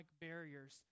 barriers